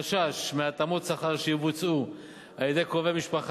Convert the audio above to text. חשש מהתאמות שכר שיבוצעו על-ידי קרובי משפחה